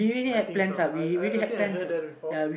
I think so I I I think I heard that before